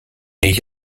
ich